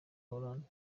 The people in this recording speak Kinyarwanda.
hollande